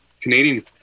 Canadian